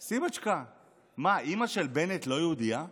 סימונצ'קה, מה, אימא של בנט לא יהודייה?